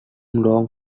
long